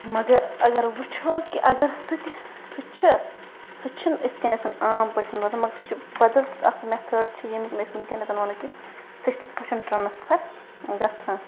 مگر اَگر وٕچھو کہِ اَگر سُہ تہِ سُہ تہِ چھُ سُہ چھُنہٕ اِتھ کٔنٮ۪تھ عام پٲٹھۍ مگر سُہ چھُ بَدَل اَکھ مٮ۪تھڈ چھِ ییٚمیُک نہٕ أسۍ وَنو کیٚنٛہہ سُہ چھُ تِتھ پٲٹھۍ ٹرٛانَسفَر گژھان